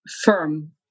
firm